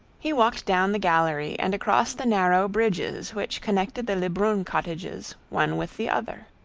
he walked down the gallery and across the narrow bridges which connected the lebrun cottages one with the other.